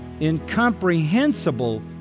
incomprehensible